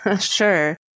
Sure